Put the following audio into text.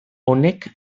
honek